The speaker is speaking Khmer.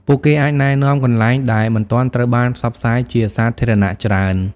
ពួកគេអាចណែនាំកន្លែងដែលមិនទាន់ត្រូវបានផ្សព្វផ្សាយជាសាធារណៈច្រើន។